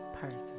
person